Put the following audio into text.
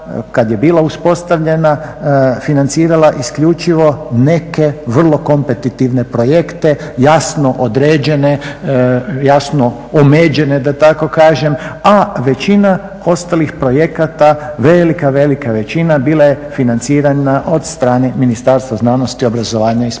kad je bila uspostavljena financirala isključivo neke vrlo kompetetivne projekte jasno određene, jasno omeđene da tako kažem, a većina ostalih projekata, velika, velika većina bila je financirana od strane Ministarstva znanosti, obrazovanja i sporta.